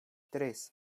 tres